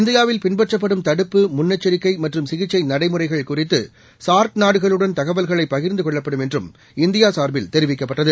இந்தியாவில்பின்பற்றப்படும்தடுப்பு முன்னெச்சரிக்கைமற்றும்சிகிச்சைநடைமுறைகள்குறித்துசார்க்நாடுகளுடன்தகவல்களைப்பகி ர்ந்துகொள்ளப்படும்என்றும்இந்தியாசார்பில்தெரிவிக்கப்பட்டது